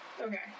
Okay